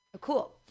cool